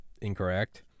incorrect